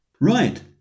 Right